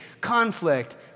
conflict